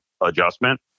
adjustment